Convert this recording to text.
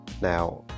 Now